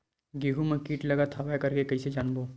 गेहूं म कीट लगत हवय करके कइसे जानबो?